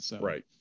Right